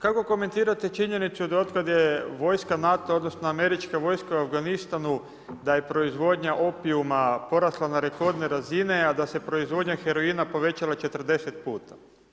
Kako komentirate činjenicu da otkad je vojska NATO-a, odnosno američka vojska u Afganistanu da je proizvodnja opijuma porasla na rekordne razine a da se proizvodnja heroina povećala 40 puta?